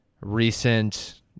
Recent